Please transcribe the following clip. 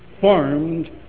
formed